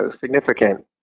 significant